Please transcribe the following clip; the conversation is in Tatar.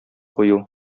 кую